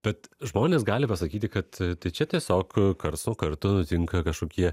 bet žmonės gali pasakyti kad tai čia tiesiog karts nuo karto nutinka kažkokie